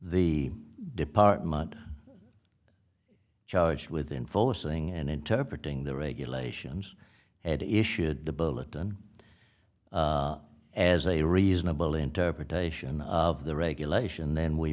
the department charged with enforcing and interpretating the regulations and issued the bulletin as a reasonable interpretation of the regulation then we